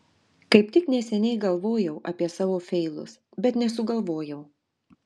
kaip tik neseniai galvojau apie savo feilus bet nesugalvojau